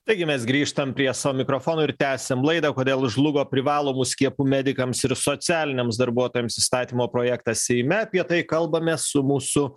taigi mes grįžtam prie savo mikrofonų ir tęsiam laidą kodėl žlugo privalomų skiepų medikams ir socialiniams darbuotojams įstatymo projektas seime apie tai kalbamės su mūsų